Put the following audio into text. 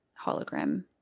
hologram